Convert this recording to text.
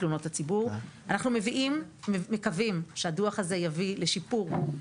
תלונות הציבור הוא נמוך משיעורם באוכלוסייה.